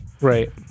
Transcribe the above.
right